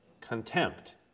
contempt